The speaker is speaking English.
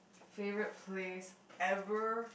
favorite place ever